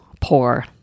poor